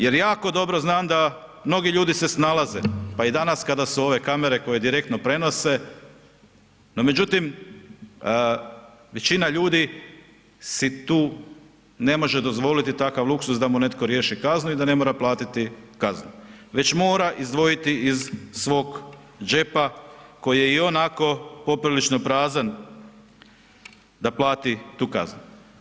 Jer jako dobro znam da mnogi ljudi se snalaze, pa i danas kada su ove kamere koje direktno prenose, no međutim većina ljudi si tu ne može dozvoliti takav luksuz da mu netko riješi kaznu i da ne mora platiti kaznu već mora izdvojiti iz svog džepa koji je ionako poprilično prazan da plati tu kaznu.